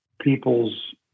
people's